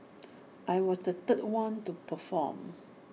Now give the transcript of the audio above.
I was the third one to perform